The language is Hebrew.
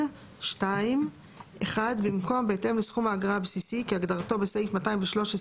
23(א1)(2) - (1) במקום "בהתאם לסכום האגרה הבסיסי כהגדרתו בסעיף 213